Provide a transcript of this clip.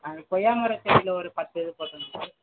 அந்த கொய்யா மர செடியில் ஒரு பத்து இது போட்டுருங்க